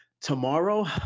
Tomorrow